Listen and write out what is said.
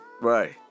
Right